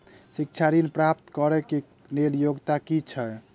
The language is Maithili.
शिक्षा ऋण प्राप्त करऽ कऽ लेल योग्यता की छई?